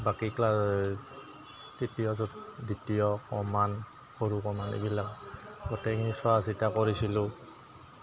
বাকী ক্লা তৃতীয় চ দ্বিতীয় ক মান সৰু ক মান এইবিলাক গোটেইখিনি চোৱা চিতা কৰিছিলোঁ